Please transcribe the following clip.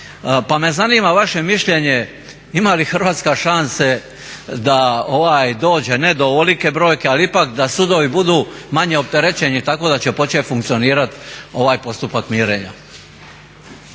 Pa me zanima vaše mišljenje ima li Hrvatska šanse da dođe ne do ovolike brojke ali ipak da sudovi budu manje opterećeni tako da će početi funkcionirati ovaj postupak mirenja?